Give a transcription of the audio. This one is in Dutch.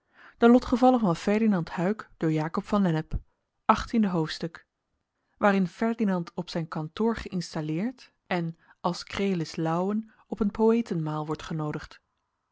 hoofdstuk waarin ferdinand op zijn kantoor geïnstalleerd en als krelis louwen op een poëtenmaal wordt genoodigd